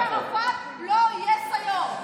תומך טרור, ערפאת לא יהיה סיו"ר.